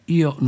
io